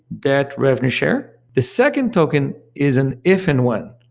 debt, revenue share. the second token is an if and when.